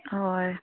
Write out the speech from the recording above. হয়